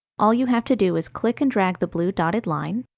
all you have to do is click and drag the blue dotted line.